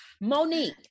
Monique